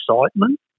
excitement